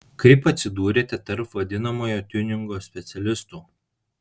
kaip atsidūrėte tarp vadinamojo tiuningo specialistų